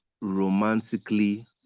romantically